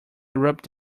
rope